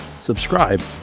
subscribe